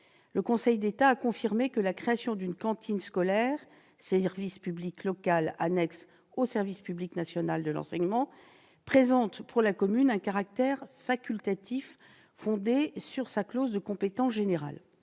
Le Conseil d'État a confirmé que la création d'une cantine scolaire, service public local annexe au service public national de l'enseignement, présente pour la commune un caractère facultatif, fondé sur sa clause de compétence générale.